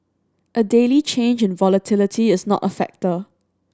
a daily change in volatility is not a factor